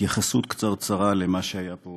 התייחסות קצרצרה למה שהיה פה